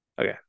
Okay